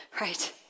right